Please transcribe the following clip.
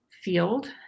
field